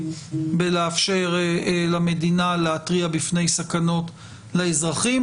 בלאפשר למדינה להתריע בפני סכנות לאזרחים,